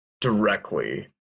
directly